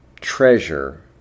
treasure